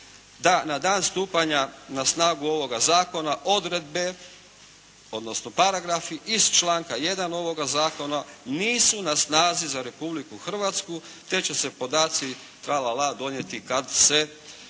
da na dan stupanja na snagu ovoga Zakona odredbe odnosno paragrafi iz članka 1. ovoga Zakona nisu na snazi za Republiku Hrvatsku te će se podaci tralala donijeti kad se